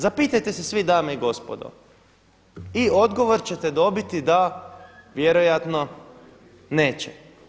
Zapitajte se svi dame i gospodo i odgovor ćete dobiti da vjerojatno neće.